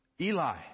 Eli